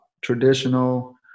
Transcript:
traditional